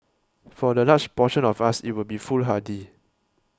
for the large portion of us it would be foolhardy